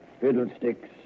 Fiddlesticks